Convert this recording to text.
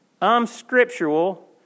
unscriptural